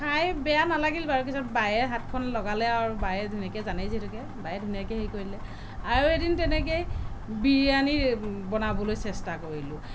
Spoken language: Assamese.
খাই বেয়া নালাগিল বাৰু পিছত বায়ে হাতখন লগালে আৰু বায়ে যেনেকৈ জানে যিহেতুকে বায়ে ধুনীয়াকৈ হেৰি কৰি দিলে আৰু এদিন তেনেকৈয়ে বিৰিয়ানি বনাবলৈ চেষ্টা কৰিলোঁ